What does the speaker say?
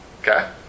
Okay